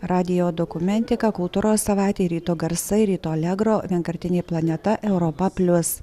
radijo dokumentika kultūros savaitė ryto garsai ryto allegro vienkartinė planeta europa plius